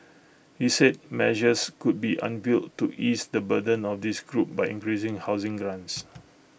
he said measures could be unveiled to ease the burden of this group by increasing housing grants